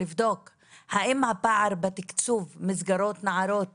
לבדוק אם הפער בתקצוב מסגרות לנערות